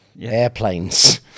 Airplanes